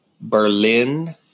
Berlin